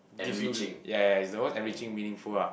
gives you ya ya it's the most enriching meaningful ah